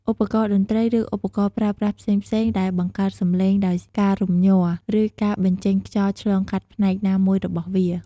ឧបករណ៍តន្រ្តី ឬឧបករណ៍ប្រើប្រាស់ផ្សេងៗ ដែលបង្កើតសំឡេងដោយការរំញ័រ ឬការបញ្ចេញខ្យល់ឆ្លងកាត់ផ្នែកណាមួយរបស់វា។